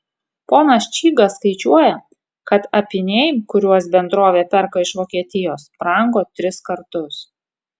ponas čygas skaičiuoja kad apyniai kuriuos bendrovė perka iš vokietijos brango tris kartus